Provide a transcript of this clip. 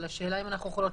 אבל השאלה אם אנחנו יכולות